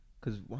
Cause